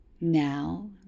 Now